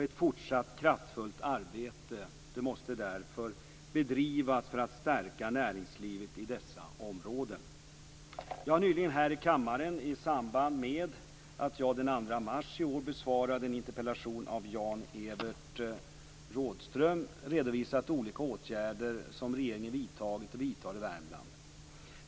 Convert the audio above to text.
Ett fortsatt kraftfullt arbete måste därför bedrivas för att stärka näringslivet i dessa områden. Jag har nyligen här i kammaren i samband med att jag den 2 mars i år besvarade en interpellation av Jan Evert Rådhström redovisat olika åtgärder som regeringen vidtagit och vidtar i Värmland.